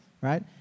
right